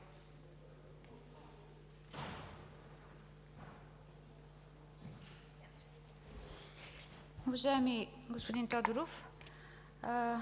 Уважаеми господин Тодоров,